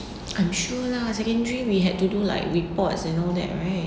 I'm sure lah secondary we had to do like reports and all that right